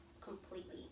completely